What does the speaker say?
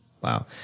Wow